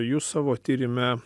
jūs savo tyrime